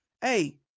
Hey